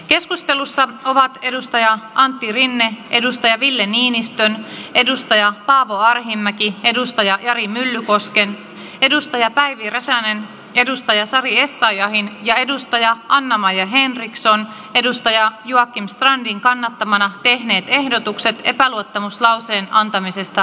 keskustelussa ovat antti rinne ville niinistön paavo arhinmäki jari myllykosken päivi räsänen sari essayahin ja anna maja henriksson joakim strandin kannattamana tehneet ehdotukset epäluottamuslauseen antamisesta valtioneuvostolle